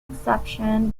exception